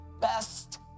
best